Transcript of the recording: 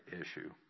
issue